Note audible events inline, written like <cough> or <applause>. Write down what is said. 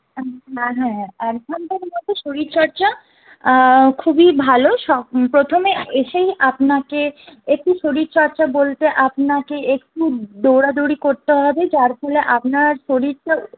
<unintelligible> শরীরচর্চা খুবই ভালো প্রথমে এসেই আপনাকে একটু শরীরচর্চা বলতে আপনাকে একটু দৌড়াদৌড়ি করতে হবে যার ফলে আপনার শরীরটা